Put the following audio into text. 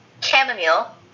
chamomile